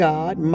God